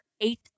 eight